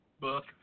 book